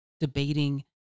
Debating